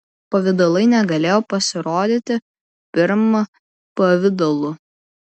pavidalai negalėjo pasirodyti pirm pavidalų